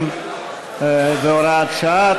120 והוראות שעה),